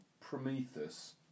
Prometheus